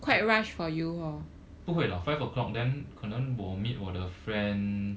不会 lah five o'clock then 可能我 meet 我的 friend